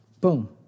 boom